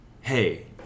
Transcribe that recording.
hey